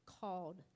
called